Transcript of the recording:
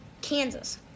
Kansas